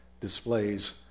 displays